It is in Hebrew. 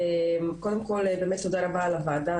קודם כל תודה רבה על הוועדה,